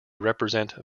represent